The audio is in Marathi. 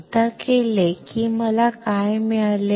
एकदा केले की मला काय मिळाले